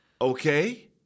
Okay